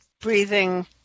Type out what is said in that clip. Breathing